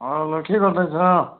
hello के गर्दैछ